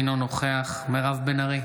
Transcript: אינו נוכח מירב בן ארי,